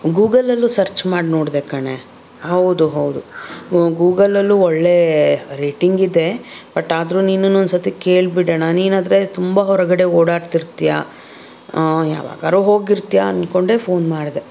ಗೂಗಲಲ್ಲೂ search ಮಾಡಿ ನೋಡಿದೆ ಕಣೆ ಹೌದು ಹೌದು ಗೂಗಲಲ್ಲೂ ಒಳ್ಳೆಯ ರೇಟಿಂಗ್ ಇದೆ ಬಟ್ ಆದರೂ ನಿನ್ನನ್ನೊನ್ಸತಿ ಕೇಳಿ ಬಿಡೋಣ ನೀನಾದರೆ ತುಂಬ ಹೊರಗಡೆ ಓಡಾಡ್ತಿರ್ತೀಯ ಯಾವಾಗಾದ್ರೂ ಹೋಗಿರ್ತೀಯ ಅನ್ಕೊಂಡೇ ಫೋನ್ ಮಾಡಿದೆ